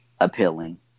appealing